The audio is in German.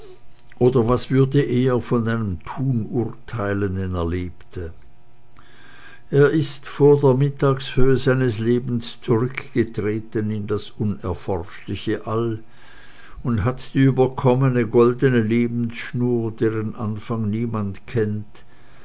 oder was würde er von deinem tun urteilen wenn er lebte er ist vor der mittagshöhe seines lebens zurückgetreten in das unerforschliche all und hat die überkommene goldene lebensschnur deren anfang niemand kennt